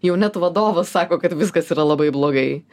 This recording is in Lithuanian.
jau net vadovas sako kad viskas yra labai blogai